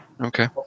Okay